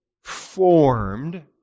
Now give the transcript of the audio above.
formed